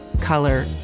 color